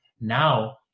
now